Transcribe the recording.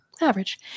average